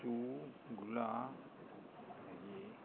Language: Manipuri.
ꯆꯨ ꯒꯨꯂꯥ ꯑꯗꯒꯤ